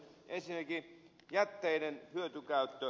ensinnäkin jätteiden hyötykäyttö